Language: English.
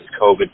COVID